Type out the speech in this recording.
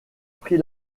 pris